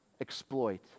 exploit